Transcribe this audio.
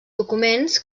documents